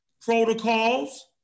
protocols